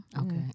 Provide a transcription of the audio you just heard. Okay